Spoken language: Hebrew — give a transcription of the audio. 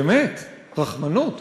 באמת, רחמנות.